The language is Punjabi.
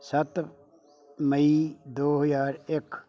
ਸੱਤ ਮਈ ਦੋ ਹਜ਼ਾਰ ਇੱਕ